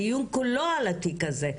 הדיון כולו על התיק הזה.